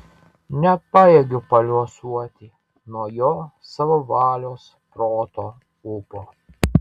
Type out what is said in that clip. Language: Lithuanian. nepajėgiu paliuosuoti nuo jo savo valios proto ūpo